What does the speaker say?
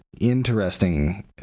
interesting